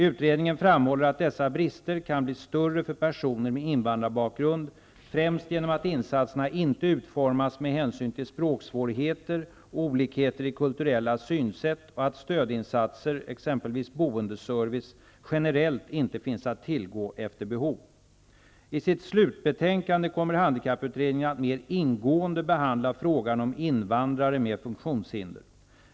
Utredningen framhåller att dessa brister kan bli större för personer med invandrarbakgrund, främst genom att insatserna inte utformas med hänsyn till språksvårigheter och olikheter i kulturella synsätt och att stödinsatser, exempelvis boendeservice, generellt inte finns att tillgå efter behov. I sitt slutbetänkande kommer handikapputredningen att mer ingående behandla frågan om invandrare med funktionshinder.